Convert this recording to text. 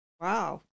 Wow